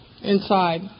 inside